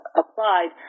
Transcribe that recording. applied